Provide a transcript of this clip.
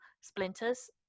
splinters